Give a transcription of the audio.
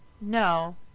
No